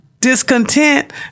Discontent